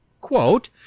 Quote